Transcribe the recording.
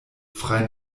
frei